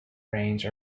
range